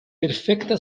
perfekta